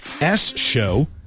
S-show